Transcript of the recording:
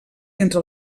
entre